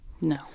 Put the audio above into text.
no